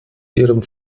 ihrem